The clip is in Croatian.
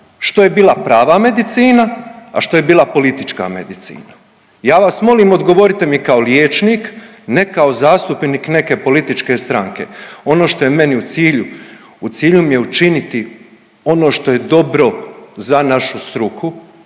Što je bila prava medicina, a što je bila politička medicina? Ja vas molim odgovorite mi kao liječnik, ne kao zastupnik neke političke stranke. Ono što je meni u cilju, u cilju mi je učiniti ono što je dobro za našu struku